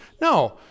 No